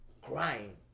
crying